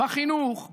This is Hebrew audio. בחינוך,